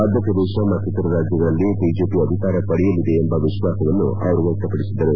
ಮಧ್ಯಪ್ರದೇಶ ಮತ್ತಿತರ ರಾಜ್ಯಗಳಲ್ಲಿ ಬಿಜೆಪಿ ಅಧಿಕಾರ ಪಡೆಯಲಿದೆ ಎಂಬ ವಿಶ್ವಾಸ ವ್ಯಕ್ತಪಡಿಸಿದರು